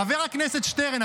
חבר הכנסת שטרן,